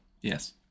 Yes